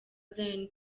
zion